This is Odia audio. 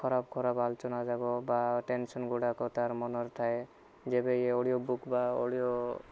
ଖରାପ ଖରାପ ଆଲୋଚନା ଯାକ ବା ଟେନସନ୍ ଗୁଡ଼ାକ ତାର ମନରେ ଥାଏ ଯେବେ ଇଏ ଅଡ଼ିଓ ବୁକ୍ ବା ଅଡ଼ିଓ